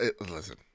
Listen